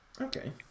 Okay